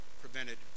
prevented